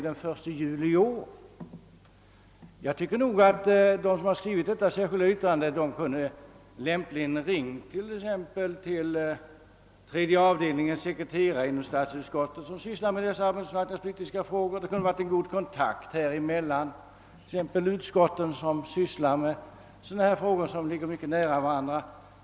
De som har skrivit detta särskilda yttrande kunde lämpligen ha ringt till sekreteraren i statsutskottets tredje avdelning, som sysslar med dessa arbetsmarknadspolitiska frågor. Det kunde ha varit en god kontakt mellan utskott som sysslar med sådana frågor som ligger mycket nära varandra.